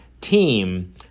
team